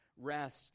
rest